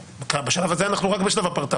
בשלב הזה אנחנו רק בשלב הפרטה,